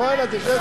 בוא הנה, שב.